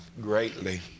greatly